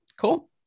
Cool